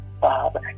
Father